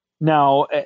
Now